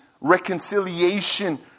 reconciliation